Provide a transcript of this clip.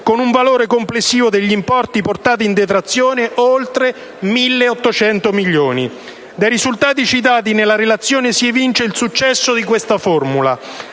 con un valore complessivo degli importi portati in detrazione pari a oltre 1.800 milioni. Dai risultati citati nella relazione si evince il successo di questa formula,